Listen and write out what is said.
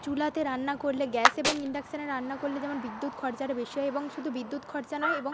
চুলাতে রান্না করলে গ্যাস এবং ইন্ডাকশানে রান্না করলে যেমন বিদ্যুৎ খরচাটা বেশি হয় এবং শুধু বিদ্যুৎ খরচা নয় এবং